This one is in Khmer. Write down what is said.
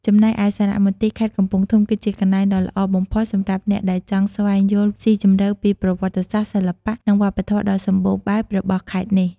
ចំណែកឯសារមន្ទីរខេត្តកំពង់ធំ គឺជាកន្លែងដ៏ល្អបំផុតសម្រាប់អ្នកដែលចង់ស្វែងយល់ស៊ីជម្រៅពីប្រវត្តិសាស្ត្រ សិល្បៈ និងវប្បធម៌ដ៏សម្បូរបែបរបស់ខេត្តនេះ។